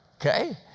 Okay